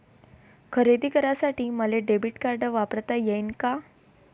खरेदी करासाठी मले डेबिट कार्ड वापरता येईन का?